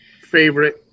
favorite